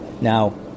Now